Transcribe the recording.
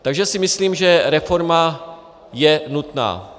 Takže si myslím, že reforma je nutná.